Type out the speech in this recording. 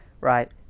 right